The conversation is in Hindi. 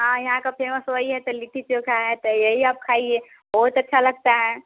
हाँ यहाँ का फेमस वही है तो लिट्टी चोखा है तो यही आप खाइए बहुत अच्छा लगता है